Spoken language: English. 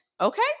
Okay